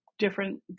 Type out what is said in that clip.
different